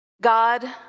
God